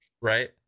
right